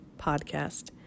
podcast